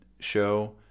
show